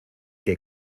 que